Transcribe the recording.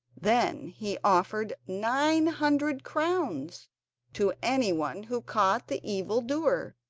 then he offered nine hundred crowns to anyone who caught the evil-doer,